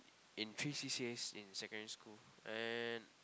in three c_c_as in secondary school